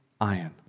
iron